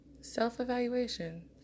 self-evaluation